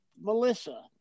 Melissa